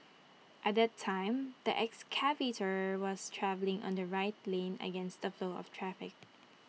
at that time the excavator was travelling on the right lane against the flow of traffic